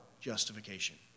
justification